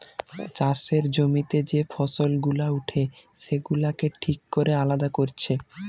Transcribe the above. চাষের জমিতে যে ফসল গুলা উঠে সেগুলাকে ঠিক কোরে আলাদা কোরছে